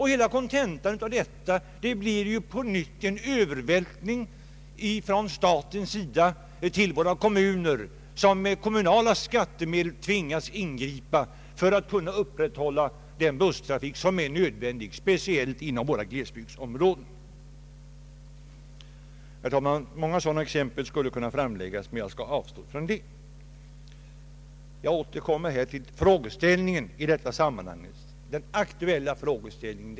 Hela kontentan av detta blir ånyo en övervältring från statens sida till våra kommuner som med kommunala skattemedel tvingas ingripa för att kunna upprätthålla den busstrafik som är nödvändig, speciellt i våra glesbygdsområden. Många sådana exempel skulle kunna redovisas, herr talman, men jag vill avstå från det. Jag återkommer till den aktuella frågan i detta sammanhang.